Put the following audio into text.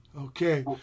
Okay